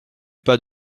pas